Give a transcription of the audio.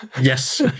Yes